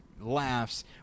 laughs